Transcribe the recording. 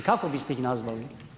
Kako biste ih nazvali?